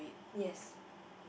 yes